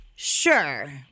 Sure